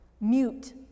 mute